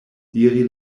diri